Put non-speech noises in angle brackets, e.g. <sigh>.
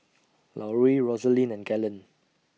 <noise> Lauri Roselyn and Galen